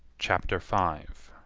chapter five